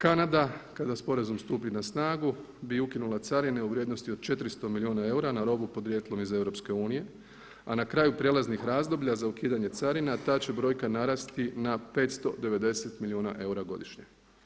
Kanada kada s porezom stupi na snagu bi ukinula carine u vrijednosti od 400 milijuna eura na robu podrijetlom iz EU, a na kraju prijelaznih razdoblja za ukidanje carina ta će brojka narasti na 590 milijuna eura godišnje.